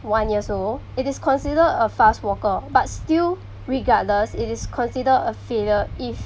one years old it is considered a fast walker but still regardless it is considered a failure if